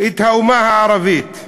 את האומה הערבית,